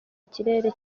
ikirere